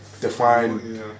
define